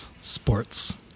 sports